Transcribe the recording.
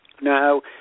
Now